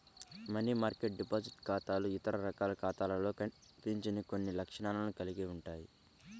money market deposit ఖాతాలు ఇతర రకాల ఖాతాలలో కనిపించని కొన్ని లక్షణాలను కలిగి ఉంటాయి